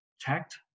tact